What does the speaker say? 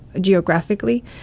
geographically